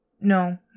No